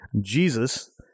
Jesus